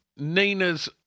Nina's